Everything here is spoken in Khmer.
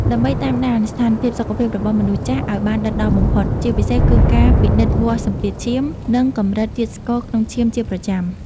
ដើម្បីតាមដានស្ថានភាពសុខភាពរបស់មនុស្សចាស់ឱ្យបានដិតដល់បំផុត ជាពិសេសគឺការពិនិត្យវាស់សម្ពាធឈាម និងកម្រិតជាតិស្ករក្នុងឈាមជាប្រចាំ។